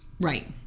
Right